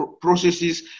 processes